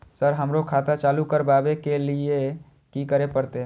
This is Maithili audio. सर हमरो खाता चालू करबाबे के ली ये की करें परते?